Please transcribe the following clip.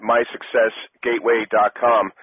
MySuccessGateway.com